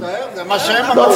אני מצטער, זה מה שהם אמרו.